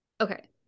Okay